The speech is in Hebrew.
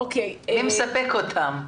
מי מספק אותם?